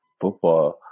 football